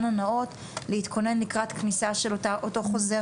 הנאות להתכונן לקראת כניסה של אותו חוזר.